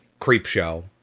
Creepshow